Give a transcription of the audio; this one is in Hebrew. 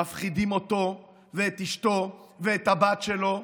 מפחידים אותו ואת אשתו ואת הבת שלו,